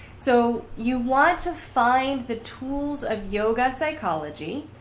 so you want to find the tools of yoga psychology.